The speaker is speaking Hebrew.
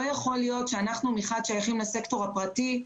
לא יכול להיות שאנחנו, מחד, שייכים לסקטור הפרטי,